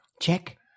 Check